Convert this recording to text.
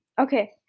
okay